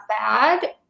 bad